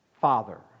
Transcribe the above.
Father